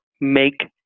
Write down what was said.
make